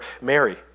Mary